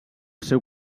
seu